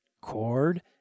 Chord